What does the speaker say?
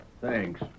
Thanks